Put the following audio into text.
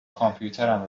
کامپیوترم